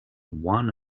one